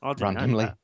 randomly